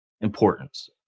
importance